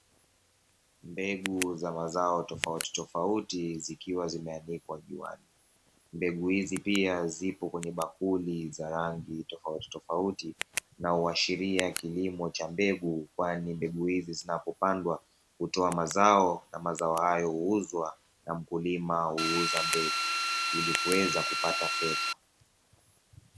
Mbegu za mazao tofautitofauti zikiwa zimeanikwa juani. Mbegu hizi pia zipo kwenye bakuli za rangi tofautitofauti na huashiria kilimo cha mbegu, kwani mbegu hizi zinapopandwa hutoa mazao na mazao hayo huuzwa na mkulima huuza mbegu ili kuweza kupata fedha.